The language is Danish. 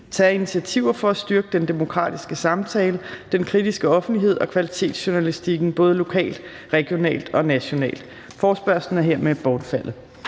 af initiativer for at styrke den demokratiske samtale, den kritiske offentlighed og kvalitetsjournalistikken både lokalt, regionalt og nationalt?« (Forespørgsel nr. 50). Forespørgslen